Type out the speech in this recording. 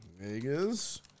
Vegas